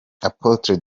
apotre